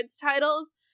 titles